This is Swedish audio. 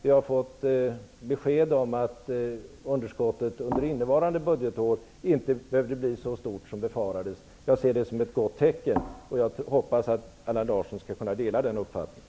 Vi har fått besked om att underskottet under innevarande budgetår inte behöver bli så stort som befarades. Jag ser det som ett gott tecken, och jag hoppas att Allan Larsson skall kunna dela den uppfattningen.